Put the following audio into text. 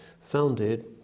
founded